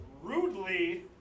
rudely